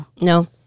No